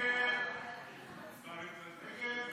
ההסתייגות